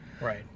right